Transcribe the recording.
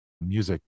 music